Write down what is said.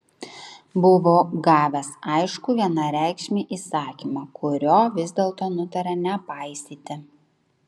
buvo gavęs aiškų vienareikšmį įsakymą kurio vis dėlto nutarė nepaisyti